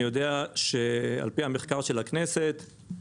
אני יודע שעל פי מרכז המחקר של הכנסת 98%